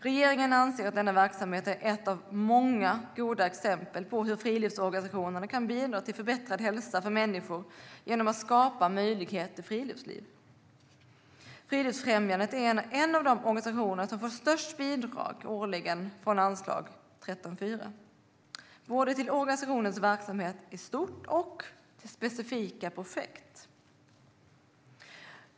Regeringen anser att denna verksamhet är ett av många goda exempel på hur friluftsorganisationerna kan bidra till förbättrad hälsa för människor genom att skapa möjligheter till friluftsliv. Friluftsfrämjandet är en av de organisationer som får störst bidrag årligen från anslag 13:4, både till organisationens verksamhet i stort och till specifika projekt.